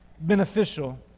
beneficial